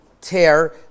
tear